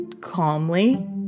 calmly